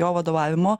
jo vadovavimo